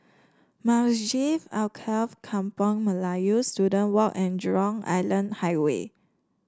Masjid Alkaff Kampung Melayu Student Walk and Jurong Island Highway